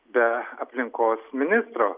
be aplinkos ministro